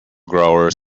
growers